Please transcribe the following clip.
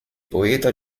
poeta